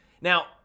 Now